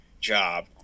job